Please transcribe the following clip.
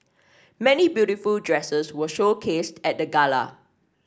many beautiful dresses were showcased at the gala